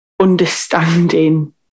understanding